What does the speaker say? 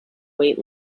wait